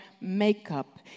makeup